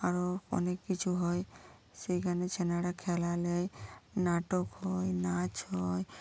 আরো অনেক কিছু হয় সেইখানে ছেলেরা খেলা হয় নাটক হয় নাচ হয়